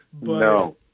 No